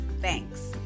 Thanks